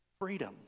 freedom